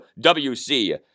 WC